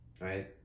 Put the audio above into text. right